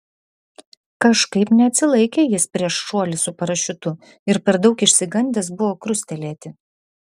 kažkaip neatsilaikė jis prieš šuolį su parašiutu ir per daug išsigandęs buvo krustelėti